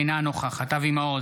אינה נוכחת אבי מעוז,